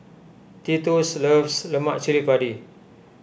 Titus loves Lemak Cili Padi